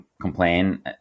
complain